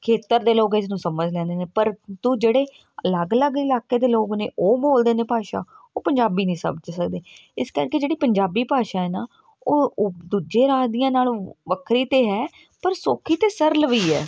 ਖੇਤਰ ਦੇ ਲੋਕ ਇਸ ਨੂੰ ਸਮਝ ਲੈਂਦੇ ਨੇ ਪ੍ਰੰਤੂ ਜਿਹੜੇ ਅਲੱਗ ਅਲੱਗ ਇਲਾਕੇ ਦੇ ਲੋਕ ਨੇ ਉਹ ਬੋਲਦੇ ਨੇ ਭਾਸ਼ਾ ਉਹ ਪੰਜਾਬੀ ਨਹੀਂ ਸਮਝ ਸਕਦੇ ਇਸ ਕਰਕੇ ਜਿਹੜੀ ਪੰਜਾਬੀ ਭਾਸ਼ਾ ਹੈ ਨਾ ਉਹ ਉਹ ਦੂਜੇ ਰਾਜ ਦੀਆਂ ਨਾਲੋ ਵੱਖਰੀ ਅਤੇ ਹੈ ਪਰ ਸੌਖੀ ਅਤੇ ਸਰਲ ਵੀ ਹੈ